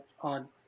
on